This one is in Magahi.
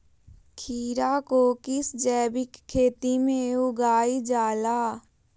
खीरा को किस जैविक खेती में उगाई जाला?